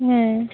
ᱦᱮᱸ